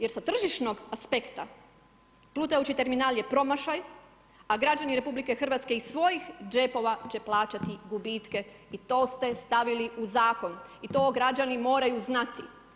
Jer sa tržišnog aspekta plutajući terminal je promašaj a građani Hrvatske iz svojih džepova će plaćati gubitke i to ste stavili u zakon i to građani moraju znati.